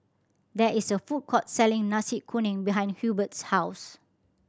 there is a food court selling Nasi Kuning behind Hurbert's house